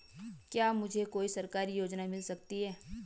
क्या मुझे कोई सरकारी योजना मिल सकती है?